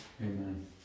Amen